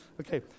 Okay